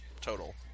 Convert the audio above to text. Total